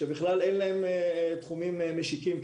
ושאין להן תחומים משיקים.